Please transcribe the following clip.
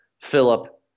Philip